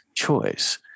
choice